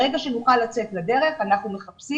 ברגע שנוכל לצאת לדרך אנחנו מחפשים